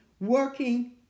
working